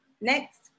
Next